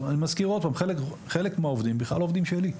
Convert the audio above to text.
אני מזכיר שוב שחלק מהעובדים בכלל לא עובדים שלי.